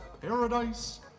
paradise